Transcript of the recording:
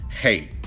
hate